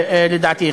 לדעתי,